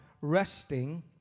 resting